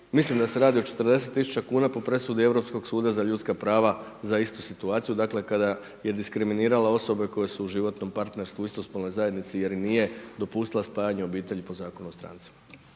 mislim da se radi o 40 tisuća kuna po presudi Europskog suda za ljudska prava za istu situaciju dakle kada je diskriminirala osobe koje su u životnom partnerstvu, istospolnoj zajednici jer im nije dopustila spajanje obitelji po Zakonu o strancima.